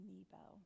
Nebo